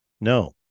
No